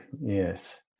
Yes